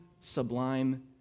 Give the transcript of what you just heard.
sublime